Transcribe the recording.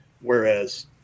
whereas